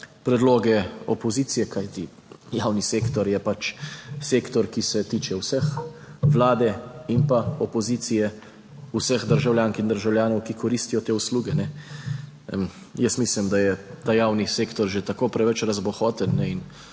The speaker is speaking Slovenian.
predloge opozicije. Kajti, javni sektor je pač sektor, ki se tiče vseh vlade in pa opozicije, vseh državljank in državljanov, ki koristijo te usluge. Jaz mislim, da je ta javni sektor že tako preveč razbohoten.